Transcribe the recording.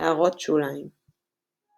הערות שוליים ==